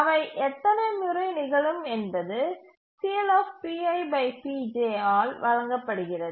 அவை எத்தனை முறை நிகழும் என்பது ஆல் வழங்கப்படுகிறது